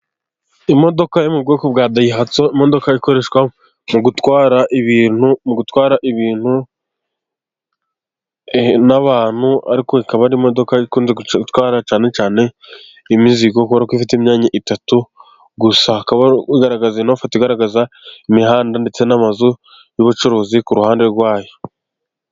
Imodoka yo mu bwoko bwa dayihatsu, imodoka ikoreshwa mu gutwara ibintu ,mu gutwara ibintu n'abantu, ariko ikaba ari imodo ikunze gutwara cyane cyane imizigo , kureba ko ifite imyanya itatu gusaba. Ikaba ino foto igaragaza imihanda, ndetse n'amazu y'ubucuruzi ku ruhande rwayo.